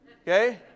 Okay